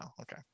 Okay